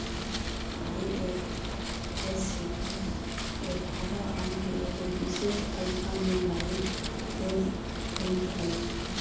IFSC code ऐगारह अंक के एगो विशेष अल्फान्यूमैरिक कोड होइत हइ